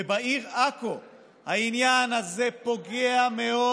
ובעיר עכו העניין הזה פוגע מאוד,